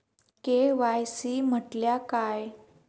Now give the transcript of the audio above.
KYC म्हटल्या काय?